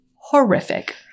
horrific